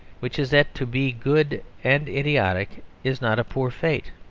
which is that to be good and idiotic is not a poor fate,